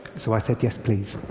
so i said, yes, please.